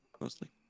Mostly